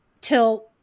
till